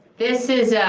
this is,